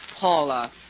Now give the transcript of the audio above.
Paula